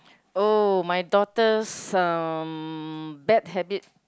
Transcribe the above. oh my daughter's um bad habit